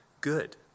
good